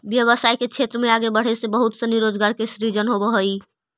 व्यवसाय के क्षेत्र में आगे बढ़े से बहुत सनी रोजगार के सृजन होवऽ हई